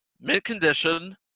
mid-condition